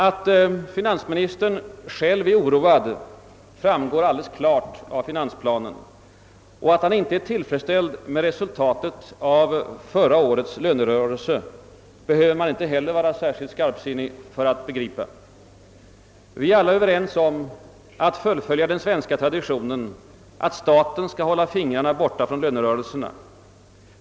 Att finansministern själv är oroad framgår alldeles klart av finansplanen. Att han inte är tillfredsställd med resultatet av förra årets lönerörelser behöver man inte heller vara särskilt skarpsinnig för att begripa. Vi är alla överens om att fullfölja den svenska traditionen, att staten skall hålla fingrarna borta från lönerörelserna.